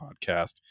podcast